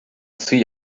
see